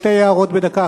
שתי הערות בדקה,